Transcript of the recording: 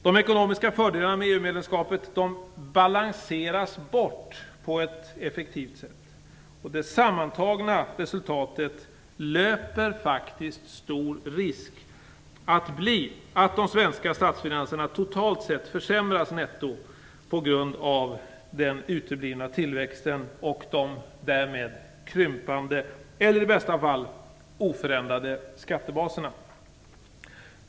De ekonomiska fördelarna med EU-medlemskapet "balanseras" bort på ett effektivt sätt! Det sammantagna resultatet löper stor risk att bli att de svenska statsfinanserna totalt sett försämras netto på grund av den uteblivna tillväxten och de därmed krympande eller i bästa fall oförändrade skattebaserna.